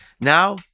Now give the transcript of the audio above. Now